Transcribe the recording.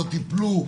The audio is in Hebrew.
לא טיפלו,